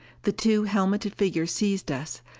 the two helmeted figures seized us,